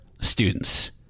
students